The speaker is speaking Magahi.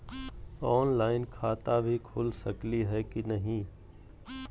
ऑनलाइन खाता भी खुल सकली है कि नही?